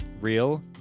real